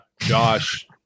Josh